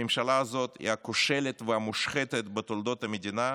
הממשלה הזאת היא הכושלת והמושחתת בתולדות המדינה,